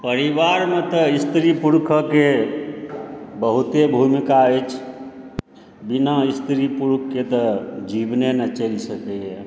परिवार मे तऽ स्त्री पुरुषके बहुते भूमिका अछि बिना स्त्री पुरुषके तऽ जीवने नहि चलि सकैया